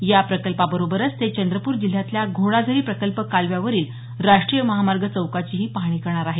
या प्रकल्पाबरोबरचं ते चंद्रपूर जिल्ह्यातील घोडाझरी प्रकल्प कालव्यावरील राष्ट्रीय महामार्ग चौकाची पाहणी करणार आहेत